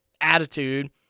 attitude